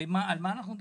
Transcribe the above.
הרי על מה אנחנו מדברים?